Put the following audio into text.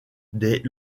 des